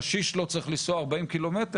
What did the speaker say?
קשיש לא צריך לנסוע 40 ק"מ,